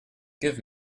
give